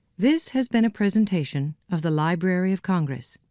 this has been a presentation of the library of congress.